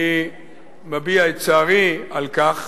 אני מביע את צערי על כך